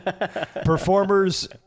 Performers